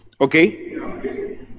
okay